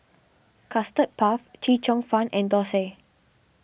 Custard Puff Chee Cheong Fun and Thosai